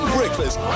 Breakfast